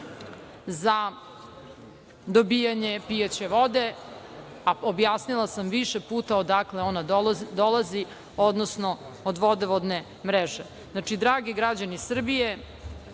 za dobijanje pijaće vode. Objasnila sam više puta odakle ona dolazi, odnosno od vodovodne mreže. Znači, draga građani Srbije,